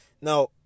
now